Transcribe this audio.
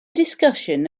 discussion